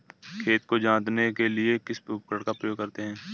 खेत को जोतने के लिए किस उपकरण का उपयोग करते हैं?